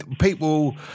people